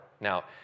Now